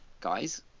Guys